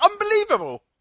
Unbelievable